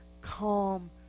calm